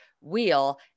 wheel